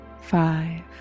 Five